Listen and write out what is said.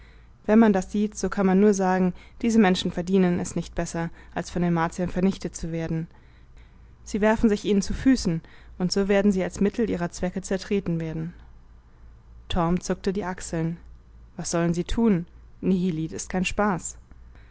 wenn man das sieht so kann man nur sagen diese menschen verdienen es nicht besser als von den martiern vernichtet zu werden sie werfen sich ihnen zu füßen und so werden sie als mittel ihrer zwecke zertreten werden torm zuckte die achseln was sollen sie tun nihilit ist kein spaß